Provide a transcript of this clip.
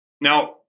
Now